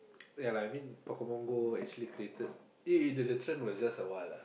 ya lah I mean Pokemon Go actually created it it the the trend was just a while ah